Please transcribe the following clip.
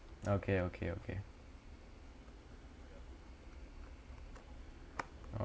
okay okay okay